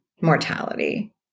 mortality